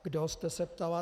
Kdo jste se ptala.